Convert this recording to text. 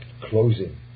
closing